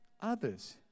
others